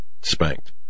spanked